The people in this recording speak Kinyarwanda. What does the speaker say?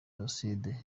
jenoside